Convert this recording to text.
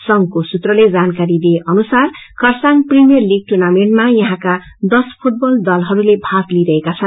संघको सूत्रले जानकारी दिए अनुसार खरसाङ प्रिमियर लीग टुर्नामेन्टमा यहाँका दश फूटबल दलहरूले माग लिई रहेका छन्